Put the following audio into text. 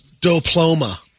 diploma